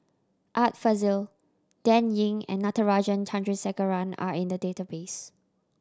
Art Fazil Dan Ying and Natarajan Chandrasekaran are in the database